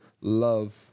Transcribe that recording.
love